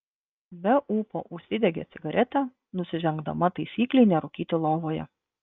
be ūpo užsidegė cigaretę nusižengdama taisyklei nerūkyti lovoje